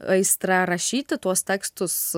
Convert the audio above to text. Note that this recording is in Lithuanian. aistra rašyti tuos tekstus